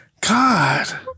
God